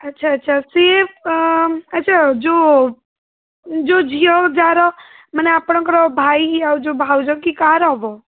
ଆଚ୍ଛା ଆଚ୍ଛା ସିଏ ଆଚ୍ଛା ଯେଉଁ ଯେଉଁ ଝିଅ ଯାହାର ମାନେ ଆପଣଙ୍କର ଭାଇ ଆଉ ଯେଉଁ ଭାଉଜ କି କାହାର ହେବ